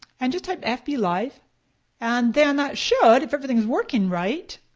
and just type fblive and then that should, if everything's working right,